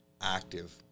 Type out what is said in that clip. active